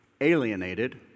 alienated